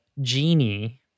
Genie